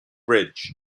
bridge